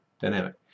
dynamic